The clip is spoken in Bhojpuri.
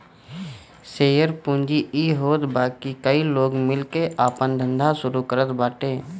शेयर पूंजी इ होत बाकी कई लोग मिल के आपन धंधा शुरू करत बाटे